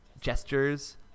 gestures